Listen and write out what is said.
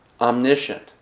omniscient